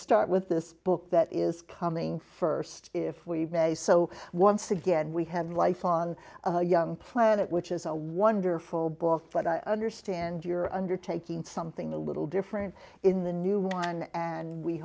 start with this book that is coming st if we may so once again we had life on a young planet which is a wonderful book but i understand you're undertaking something a little different in the new one and we